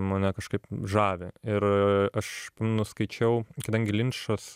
mane kažkaip žavi ir aš nu skaičiau kadangi linčas